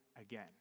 again